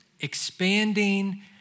Expanding